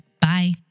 Bye